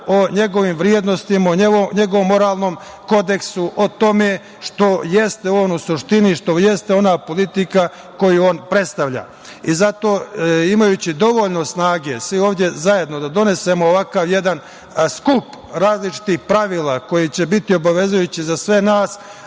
o njegovim vrednostima, o njegovom moralnom kodeksu, o tome što jeste on u suštini, što jeste ona politika koju on predstavlja. Zato, imajući dovoljno snage svi ovde zajedno da donesemo ovakav jedan skup različitih pravila koji će biti obavezujući za sve nas,